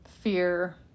fear